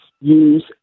use